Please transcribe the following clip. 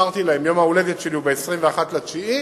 יום ההולדת שלי הוא ב-21 בספטמבר,